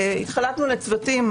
התחלקנו לצוותים,